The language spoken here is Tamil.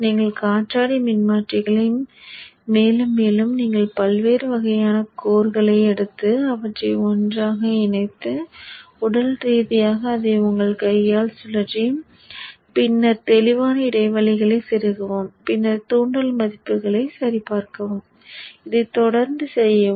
நீங்கள் காற்றாடி மின்மாற்றிகளை மேலும் மேலும் நீங்கள் பல்வேறு வகையான கோர்களை எடுத்து அவற்றை ஒன்றாக இணைத்து உடல் ரீதியாக அதை உங்கள் கையால் சுழற்றி பின்னர் தெளிவான இடைவெளிகளைச் செருகவும் பின்னர் தூண்டல் மதிப்புகளைச் சரிபார்க்கவும் இதைத் தொடர்ந்து செய்யவும்